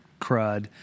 crud